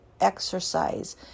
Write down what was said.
exercise